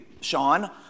Sean